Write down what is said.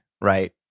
right